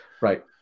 Right